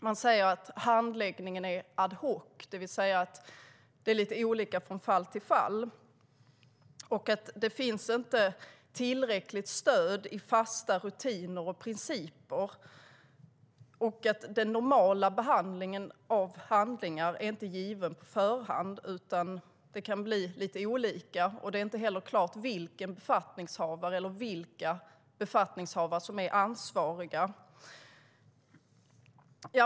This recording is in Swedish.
Man säger att handläggningen är ad hoc, det vill säga att det är lite olika från fall till fall, att det inte finns tillräckligt stöd i fasta rutiner och principer och att den normala behandlingen av handlingar inte är given på förhand utan att det kan bli lite olika. Det är inte heller klart vilka befattningshavare som är ansvariga.